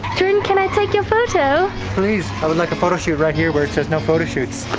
jordan, can i take your photo? please, i would like a photo shoot right here where it says no photo shoots.